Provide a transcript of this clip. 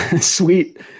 sweet